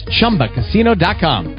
ChumbaCasino.com